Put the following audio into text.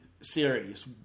series